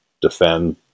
defend